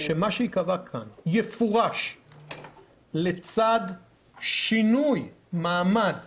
שמה שייקבע כאן יפורש לצד שינוי מעמד